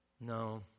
No